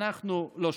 אנחנו לא שומעים.